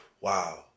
Wow